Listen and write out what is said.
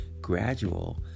gradual